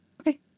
okay